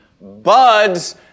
Buds